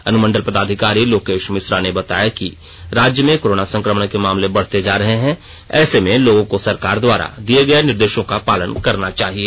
अनुमंडल पदाधिकारी लोकेश मिश्रा ने बताया कि राज्य में कोरोना संक्रमण के मामले बढ़ते जा रहे हैं ऐसे में लोगों को सरकार द्वारा दिए गए निर्देशो ंका पालन करना चाहिए